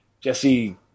Jesse